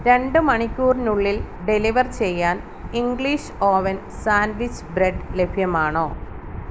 രണ്ട് മണിക്കൂറിനുള്ളിൽ ഡെലിവർ ചെയ്യാൻ ഇംഗ്ലീഷ് ഓവൻ സാൻവിച്ച് ബ്രെഡ് ലഭ്യമാണോ